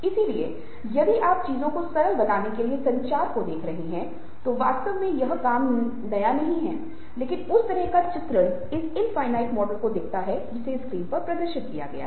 इसलिए यदि आप चीजों को सरल बनाने के लिए संचार को देख रहे हैं तो वास्तव में यह काम नहीं किया है लेकिन उस तरह का चित्रण उस इनफिनिट मॉडल को दिखाता है जिसे स्क्रीन पर प्रदर्शित किया जा रहा है